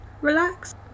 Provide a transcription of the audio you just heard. relax